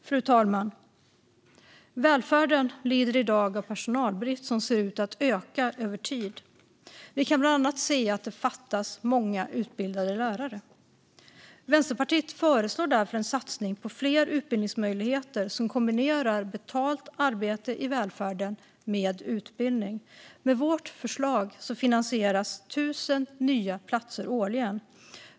Fru talman! Välfärden lider i dag av personalbrist som ser ut att öka över tid. Vi kan bland annat se att det fattas många utbildade lärare. Vänsterpartiet föreslår därför en satsning på fler utbildningsmöjligheter som kombinerar betalt arbete i välfärden med utbildning. Med vårt förslag finansieras l 000 nya platser årligen.